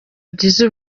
byiza